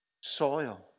soil